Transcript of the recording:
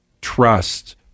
trust